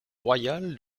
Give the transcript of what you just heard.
royal